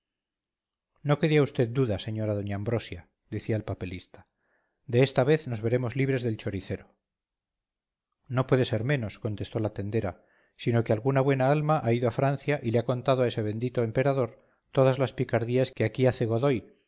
le quede a vd duda señora doña ambrosia decía el papelista de esta vez nos veremos libres del choricero no puede ser menos contestó la tendera sino que alguna buena alma ha ido a francia y le ha contado a ese bendito emperador todas las picardías que aquí hace godoy